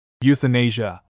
Euthanasia